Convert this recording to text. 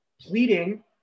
pleading